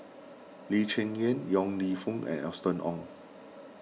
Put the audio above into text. Lee Cheng Yan Yong Lew Foong and Austen Ong